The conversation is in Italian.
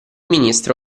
ministro